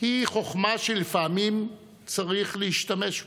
היא חוכמה שלפעמים צריך להשתמש בה.